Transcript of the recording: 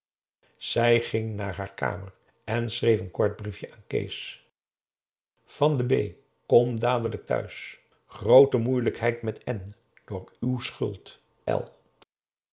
zij ging naar haar kamer en schreef een kort briefje aan kees p a daum hoe hij raad van indië werd onder ps maurits v d b kom dadelijk thuis groote moeielijkheid met n door uw schuld